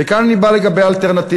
וכאן אני בא ואומר לגבי האלטרנטיבות.